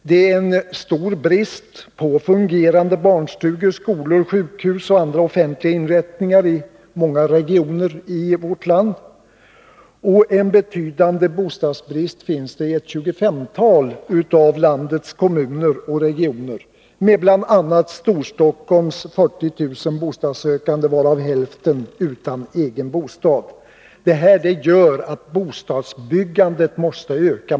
Det är stor brist på fungerande barnstugor, skolor, sjukhus och andra offentliga inrättningar i många regioner i vårt land. En betydande bostadsbrist finns i ett 25-tal av landets kommuner och regioner med bl.a. Storstockholms 40 000 bostadssökande, varav hälften är utan egen bostad. Detta gör att bostadsbyggandet måste öka.